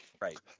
right